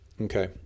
okay